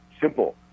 Simple